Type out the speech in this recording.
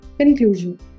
Conclusion